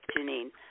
Janine